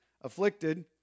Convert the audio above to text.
afflicted